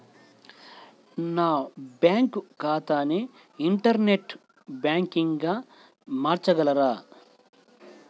నా బ్యాంక్ ఖాతాని ఇంటర్నెట్ బ్యాంకింగ్గా మార్చగలరా?